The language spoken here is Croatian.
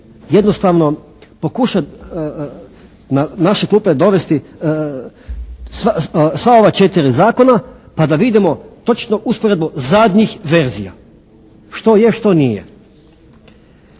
jednostavno pokuša na naše klupe dovesti sva ova četiri zakona pa da vidimo točno usporedbu zadnjih verzija što je a što nije.